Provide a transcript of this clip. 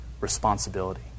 responsibility